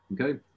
Okay